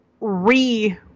re